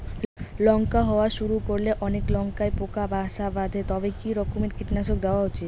লঙ্কা হওয়া শুরু করলে অনেক লঙ্কায় পোকা বাসা বাঁধে তবে কি রকমের কীটনাশক দেওয়া উচিৎ?